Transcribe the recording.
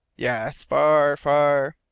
yes, far, far.